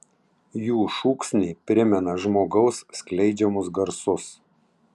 jų šūksniai primena žmogaus skleidžiamus garsus